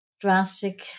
Drastic